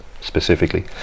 specifically